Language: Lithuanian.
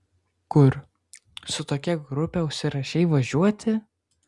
kur su kokia grupe užsirašai važiuoti